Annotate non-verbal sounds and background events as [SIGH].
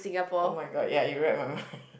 oh-my-god ya you read my mind [LAUGHS]